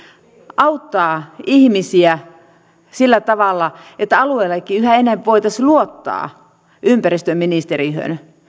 auttaa ihmisiä sillä tavalla että alueillakin yhä enemmän voitaisiin luottaa ympäristöministeriöön